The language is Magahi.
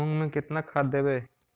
मुंग में केतना खाद देवे?